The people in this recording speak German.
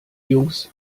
jungs